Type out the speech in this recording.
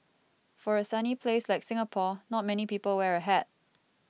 for a sunny place like Singapore not many people wear a hat